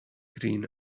green